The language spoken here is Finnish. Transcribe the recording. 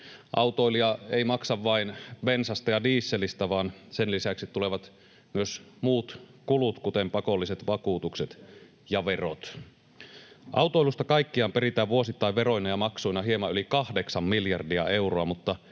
Autoilija ei maksa vain bensasta ja dieselistä, vaan sen lisäksi tulevat muut kulut, kuten pakolliset vakuutukset ja verot. Autoilusta kaikkiaan peritään vuosittain veroina ja maksuina hieman yli kahdeksan miljardia euroa, mutta